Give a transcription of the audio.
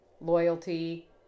loyalty